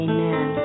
Amen